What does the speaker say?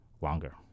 longer